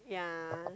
yeah